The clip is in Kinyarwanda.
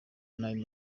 nabi